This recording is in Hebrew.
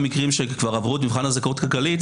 מקרים שעברו כבר את מבחן הזכאות הכלכלית